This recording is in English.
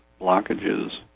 blockages